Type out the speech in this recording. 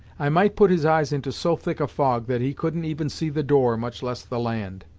i might put his eyes into so thick a fog, that he couldn't even see the door, much less the land.